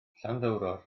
llanddowror